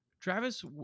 Travis